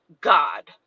God